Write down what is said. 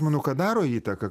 manau kad daro įtaką